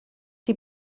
die